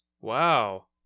Wow